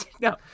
no